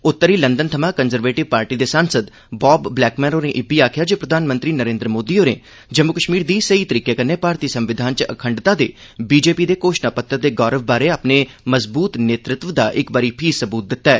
उत्तरी लंदन थमां Conservative party दे सांसद बाब ब्लैकमैन होरें इब्बी आखेआ जे प्रधानमंत्री नरेन्द्र मोदी होरें जम्मू कश्मीर दी सेई तरीके कन्नै भारती संविधान च अखंडता दे बीजेपी दे घोषणा पत्तर दे गौरव बारै अपने मजबूत नेतृत्व दा इक बारी फ्ही सबूत दित्ता ऐ